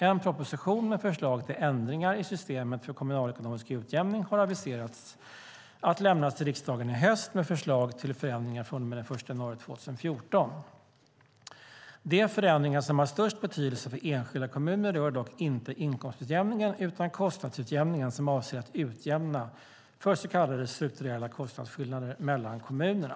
En proposition med förslag till ändringar i systemet för kommunalekonomisk utjämning har aviserats att lämnas till riksdagen i höst med förslag till förändringar från och med den 1 januari 2014. De förändringar som har störst betydelse för enskilda kommuner rör dock inte inkomstutjämningen utan kostnadsutjämningen som avser att utjämna för så kallade strukturella kostnadsskillnader mellan kommunerna.